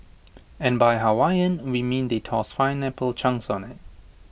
and by Hawaiian we mean they tossed pineapple chunks on IT